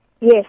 Yes